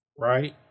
right